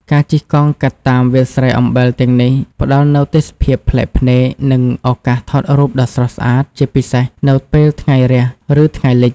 ការជិះកង់កាត់តាមវាលស្រែអំបិលទាំងនេះ ផ្តល់នូវទេសភាពប្លែកភ្នែក និងឱកាសថតរូបដ៏ស្រស់ស្អាត ជាពិសេសនៅពេលថ្ងៃរះ ឬថ្ងៃលិច។